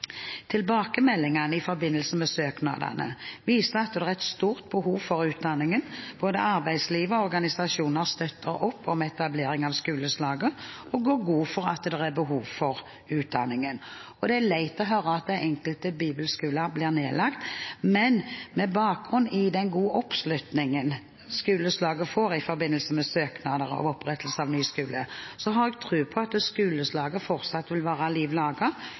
Tilbakemeldingene i forbindelse med søknadene viser at det er et stort behov for utdanningen. Både arbeidslivet og organisasjoner støtter opp om etablering av skoleslaget og går god for at det er behov for utdanningen. Det er leit å høre at enkelte bibelskoler blir nedlagt, men med bakgrunn i den gode oppslutningen skoleslaget får i forbindelse med søknader om opprettelse av nye skoler, har jeg tro på at skoleslaget fortsatt vil være